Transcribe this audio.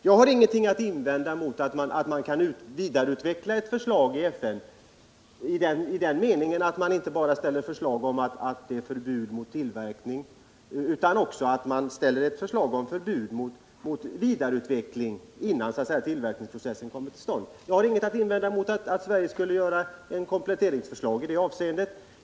Jag har ingenting att invända mot att man vidareutvecklar ett förslag i FN i den meningen att man inte bara ställer förslag om förbud mot tillverkning utan också om förbud mot vidareutveckling innan tillverkningsprocessen kommit till stånd. Jag har ingenting att invända mot att Sverige avger ett kompletteringsförslag i det avseendet.